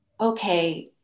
okay